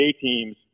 teams